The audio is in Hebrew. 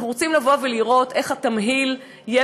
אנחנו רוצים לבוא ולראות איך התמהיל יהיה